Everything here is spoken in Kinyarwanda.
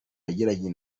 yagiranye